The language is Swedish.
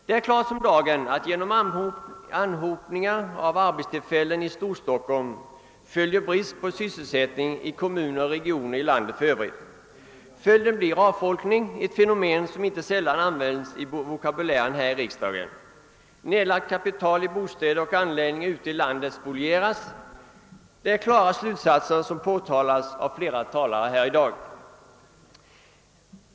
Det är klart som dagen att anhopningen av arbetstillfällen i Storstockholm leder till brist på sysselsättning i kommuner och regioner inom landet i övrigt. Följden blir avfolkning — ett ord som inte sällan använts i vår vokabulär här i riksdagen. Nedlagt kapital i bostäder och anläggningar ute i landet spolieras. Detta är klara slutsatser, som har uttalats av flera talare i dag.